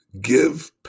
give